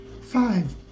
Five